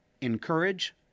encourage